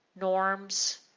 norms